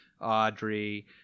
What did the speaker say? Audrey